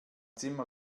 zimmer